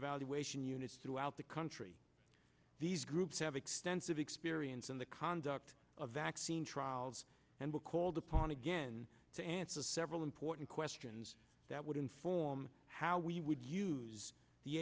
evaluation units throughout the country these groups have extensive experience in the conduct of vaccine trials and we called upon again to answer several important questions that would inform how we would use the